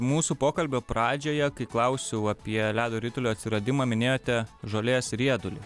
mūsų pokalbio pradžioje kai klausiau apie ledo ritulio atsiradimą minėjote žolės riedulį